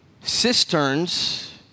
cisterns